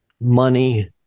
money